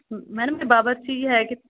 madam ਇਹ ਬਾਵਰਚੀ ਹੈ ਕਿੱਥੇ